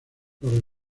los